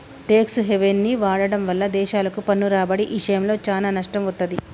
tax హెవెన్ని వాడటం వల్ల దేశాలకు పన్ను రాబడి ఇషయంలో చానా నష్టం వత్తది